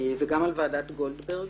וגם על ועדת גולדברג,